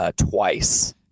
twice